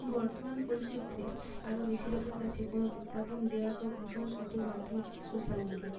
বর্তমান পরিস্থিতিতে আরো বেশি লোকের কাছে কোনো বিজ্ঞাপন দেওয়ার বা পৌঁছানোর সঠিক মাধ্যম হচ্ছে সোশ্যাল মিডিয়া